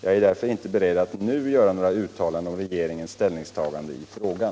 Jag är därför inte beredd att nu göra några uttalanden om regeringens ställningstagande i frågan.